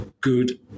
good